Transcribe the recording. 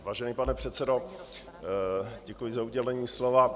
Vážený pane předsedo, děkuji za udělení slova.